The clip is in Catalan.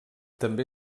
també